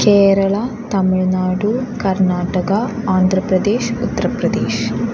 Kerala Tamil Nadu Karnataka Andhra Pradesh Uttar Pradesh